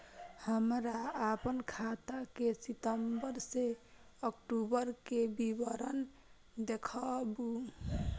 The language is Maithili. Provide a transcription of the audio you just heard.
हमरा अपन खाता के सितम्बर से अक्टूबर के विवरण देखबु?